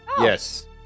Yes